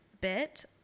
bit